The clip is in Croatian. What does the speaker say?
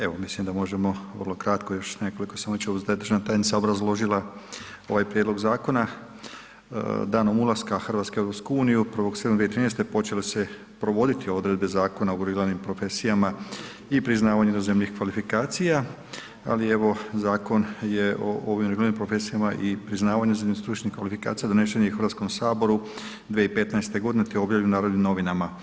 Evo mislim da možemo vrlo kratko još nekoliko još nekoliko, ... da je državna tajnica obrazložila ovaj prijedlog zakona danom ulaska Hrvatske u EU 1.7.2013. počele su se provoditi odredbe Zakona o reguliranim profesijama i priznavanju inozemnih kvalifikacija ali evo zakon je o ovim reguliranim profesijama i priznavanju inozemnih stručnih kvalifikacija donesen je i u Hrvatskom saboru 2015. godine te objavljen u Narodnim novinama.